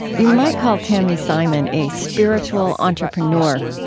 you might call tami simon a spiritual entrepreneur.